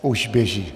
Už běží!